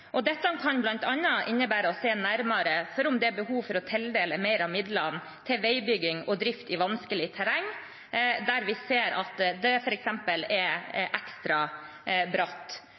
og vil vurdere behovet for eventuelle tiltak og virkemidler utover det forsikringsordningene i dag dekker. Dette kan bl.a. innebære å se nærmere på om det er behov for å tildele mer av midlene til veibygging og drift i vanskelig terreng, der vi ser at det